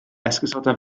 esgusoda